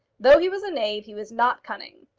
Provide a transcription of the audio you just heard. though he was a knave, he was not cunning.